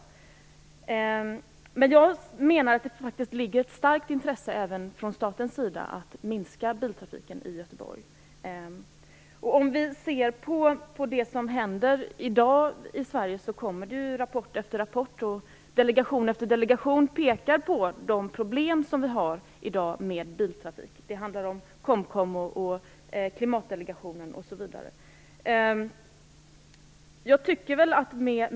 Jag menar att det faktiskt ligger ett starkt intresse även från statens sida att minska biltrafiken i Göteborg. Det kommer ju rapport efter rapport och delegation efter delegation som pekar på de problem som vi har i dag med biltrafik, t.ex. Klimatdelegationen.